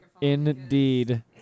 Indeed